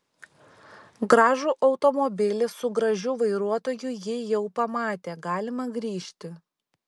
gražų automobilį su gražiu vairuotoju ji jau pamatė galima grįžti